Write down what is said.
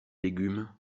légumes